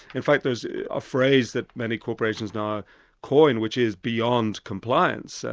in fact there's a phrase that many corporations now coin which is beyond compliance,